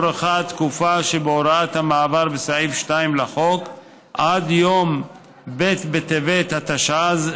הוארכה התקופה שבהוראת המעבר בסעיף 2 לחוק עד יום ב' בטבת התשע"ז,